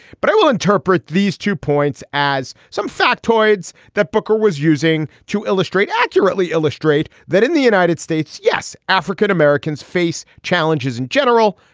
but i will interpret these two points as some factoids that booker was using to illustrate accurately illustrate that in the united states, yes, african-americans face challenges in general,